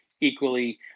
equally